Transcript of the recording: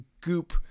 goop